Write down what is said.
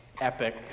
epic